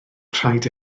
rhaid